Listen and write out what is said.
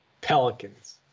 Pelicans